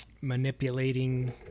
manipulating